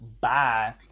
bye